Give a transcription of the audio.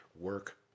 Work